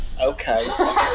okay